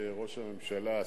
ראש הממשלה,